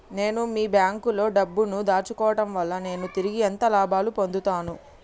నేను మీ బ్యాంకులో డబ్బు ను దాచుకోవటం వల్ల నేను తిరిగి ఎంత లాభాలు పొందుతాను?